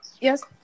Yes